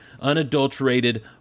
unadulterated